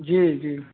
जी जी